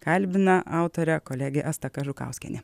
kalbina autorė kolegė asta kažukauskienė